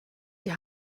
die